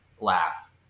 laugh